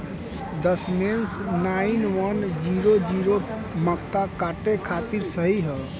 दशमेश nine one zero zero मक्का काटे खातिर सही ह?